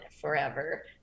forever